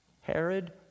Herod